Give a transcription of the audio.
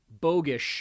bogus